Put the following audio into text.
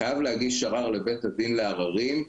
חייב להגיש ערר לבית הדין לעררים,